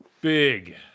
Big